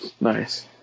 Nice